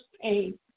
pain